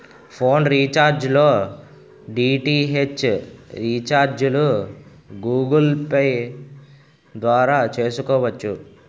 phone recharge లో DTH రీఛార్జిలు Google Pay ద్వారా చేసుకోవచ్చు